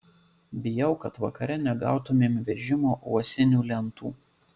bijau kad vakare negautumėm vežimo uosinių lentų